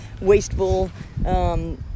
wasteful